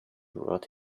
brought